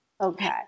Okay